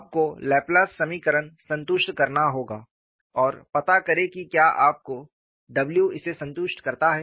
आपको लाप्लास समीकरण संतुष्ट करना होगा और पता करें कि क्या आपका w इसे संतुष्ट करता है